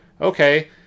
okay